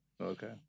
Okay